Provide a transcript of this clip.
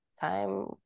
time